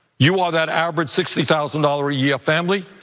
you are that average sixty thousand dollars a year family.